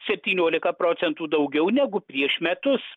septyniolika procentų daugiau negu prieš metus